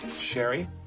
Sherry